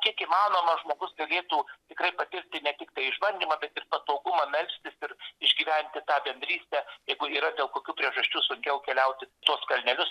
kiek įmanoma žmogus galėtų tikrai patirti ne tiktai išbandymą bet ir patogumą melstis ir išgyventi tą bendrystę jeigu yra dėl kokių priežasčių sunkiau keliauti tuos kalnelius